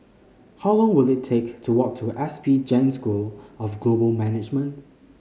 how long will it take to walk to S P Jain School of Global Management